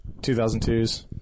2002s